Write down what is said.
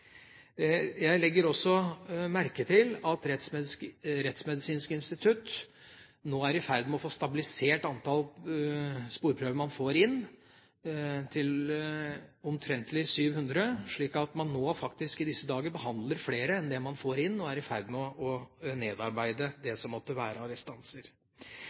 Jeg legger også merke til at Rettsmedisinsk institutt nå er i ferd med å få stabilisert antallet sporprøver man får inn til omtrentlig 700, slik at man nå faktisk i disse dager behandler flere enn det man får inn, og er i ferd med å nedarbeide det som måtte være